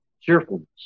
cheerfulness